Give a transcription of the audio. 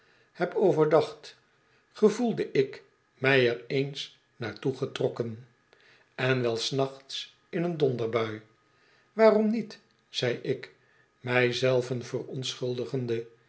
heb overdacht gevoelde ik mij er eens naar toegetrokken en wel s nachts in een donderbui waarom niet zei ik mij zei